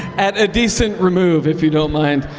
at a decent remove, if you don't mind.